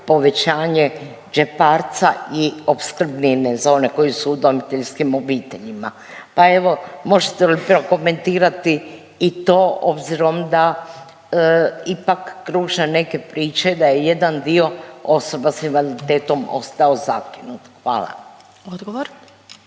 povećanje džeparca i opskrbnine za one koji su u udomiteljskim obiteljima, pa evo možete li prokomentirati i to obzirom da ipak kruže neke priče da je jedan dio osoba s invaliditetom ostao zakinut. Hvala.